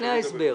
לפני ההסבר.